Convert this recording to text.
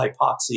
hypoxia